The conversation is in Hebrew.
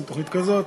עושים תוכנית כזאת.